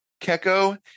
Kecko